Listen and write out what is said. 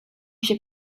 się